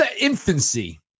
infancy